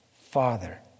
father